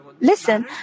Listen